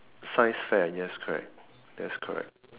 science fair yes correct yes correct